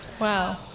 Wow